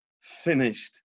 finished